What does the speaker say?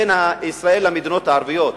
בין ישראל למדינות הערביות,